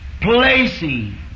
placing